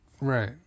Right